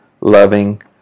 loving